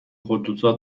خودروساز